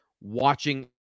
watching